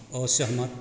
असहमत